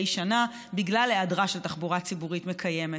שנה בגלל היעדרה של תחבורה ציבורית מקיימת.